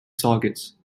targets